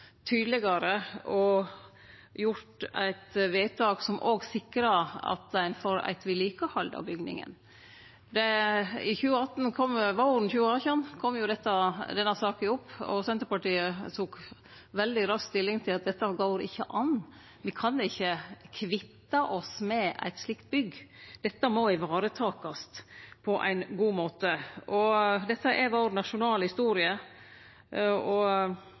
tydelegare og gjort eit vedtak som òg sikrar at ein får eit vedlikehald av bygninga. Våren 2018 kom denne saka opp, og Senterpartiet tok veldig raskt stilling til at dette går ikkje an – me kan ikkje kvitte oss med eit slikt bygg, det må varetakast på ein god måte. Dette er vår nasjonale historie, og